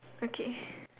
okay